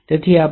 તેથી આપણે 10